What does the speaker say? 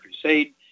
Crusade